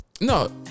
No